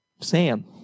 Sam